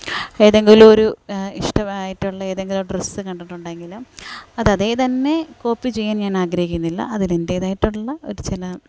ഏതെങ്കിലും ഒരു ഇഷ്ടമായിട്ടുള്ള ഏതെങ്കിലും ഡ്രസ്സ് കണ്ടിട്ടുണ്ടെങ്കിലും അത് അതേ തന്നെ കോപ്പി ചെയ്യാന് ഞാന് ആഗ്രഹിക്കുന്നില്ല അതിൽ എന്റേതായിട്ടുള്ള ഒരു ചില